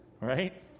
Right